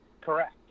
Correct